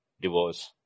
divorce